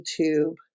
YouTube